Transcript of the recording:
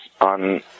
on